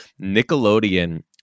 Nickelodeon